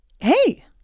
Hey